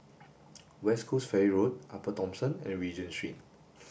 West Coast Ferry Road Upper Thomson and Regent Street